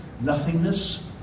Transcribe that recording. nothingness